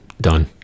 done